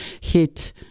hit